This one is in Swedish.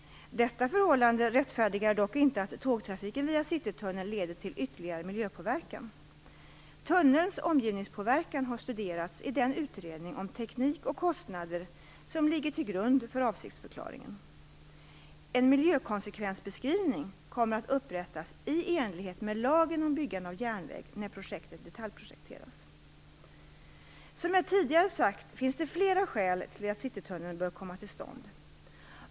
Detta förhållande rättfärdigar dock inte att tågtrafiken via Citytunneln leder till ytterligare miljöpåverkan. Tunnelns omgivningspåverkan har studerats i den utredning om teknik och kostnader som ligger till grund för avsiktsförklaringen. En miljökonsekvensbeskrivning kommer att upprättas i enlighet med lagen om byggande av järnväg när projektet detaljprojekteras. Som jag tidigare sagt finns det flera skäl till att Citytunneln bör komma till stånd.